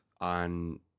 on